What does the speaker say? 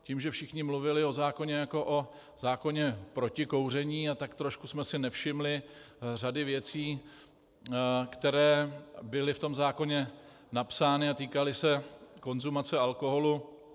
Tím, že tady všichni mluvili o zákoně jako o zákoně proti kouření, tak trošku jsme si nevšimli řady věcí, které byly v tom zákoně napsány a týkaly se konzumace alkoholu.